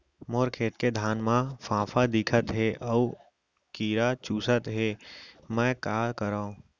मोर खेत के धान मा फ़ांफां दिखत हे अऊ कीरा चुसत हे मैं का करंव?